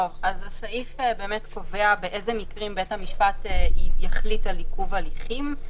הסעיף קובע באילו מקרים בית המשפט יחליט על עיכוב הליכים.